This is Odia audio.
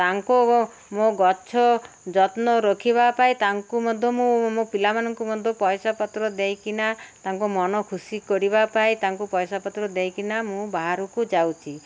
ତାଙ୍କୁ ମୋ ଗଛ ଯତ୍ନ ରଖିବା ପାଇଁ ତାଙ୍କୁ ମଧ୍ୟ ମୁଁ ମୋ ପିଲାମାନଙ୍କୁ ମଧ୍ୟ ପଇସାପତ୍ର ଦେଇକିନା ତାଙ୍କୁ ମନ ଖୁସି କରିବା ପାଇଁ ତାଙ୍କୁ ପଇସାପତ୍ର ଦେଇକିନା ମୁଁ ବାହାରକୁ ଯାଉଛି